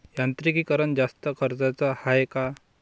यांत्रिकीकरण जास्त खर्चाचं हाये का?